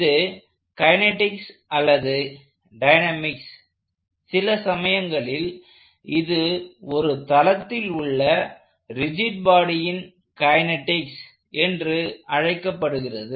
இது கைனெடிக்ஸ் அல்லது டயனமிக்ஸ் சில சமயங்களில் இது ஒரு தளத்தில் உள்ள ரிஜிட் பாடியின் கைனெடிக்ஸ் என்று அழைக்கப்படுகிறது